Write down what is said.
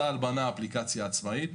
צה"ל בנה אפליקציה עצמאית,